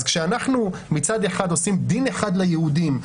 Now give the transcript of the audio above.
אז כשאנחנו מצד אחד עושים דין אחד ליהודים,